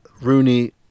Rooney